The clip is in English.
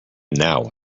now